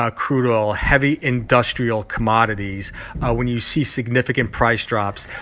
ah crude oil, heavy, industrial commodities when you see significant price drops,